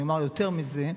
אני אומר יותר מזה: